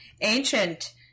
Ancient